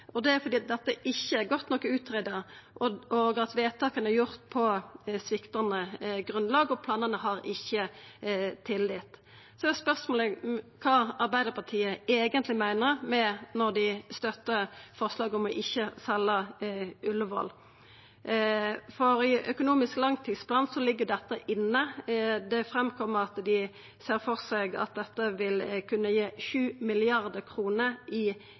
og det er fordi dette ikkje er godt nok utgreidd, at vedtaka er gjorde på sviktande grunnlag, og at planane ikkje har tillit. Så er spørsmålet kva Arbeidarpartiet eigentleg meiner når dei støttar forslaget om ikkje å selja Ullevål, for i økonomisk langtidsplan ligg dette inne. Det kjem fram at dei ser for seg at dette vil kunne gi 7 mrd. kr i